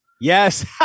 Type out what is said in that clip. Yes